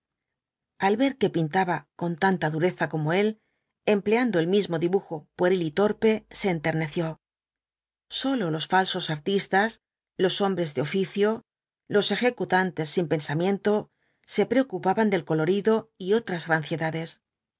al ver que pintaba con tanta dureza como él empleando el mismo dibujo pueril y torpe se enterneció sólo los falsos artistas los hombres de oficio los ejecutantes sin pensamiento se preocupaban del colorido y otras